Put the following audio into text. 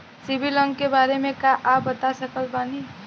CIBIL अंक के बारे मे का आप बता सकत बानी?